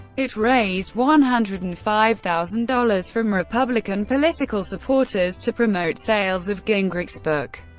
it raised one hundred and five thousand dollars from republican political supporters to promote sales of gingrich's book.